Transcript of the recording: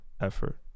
effort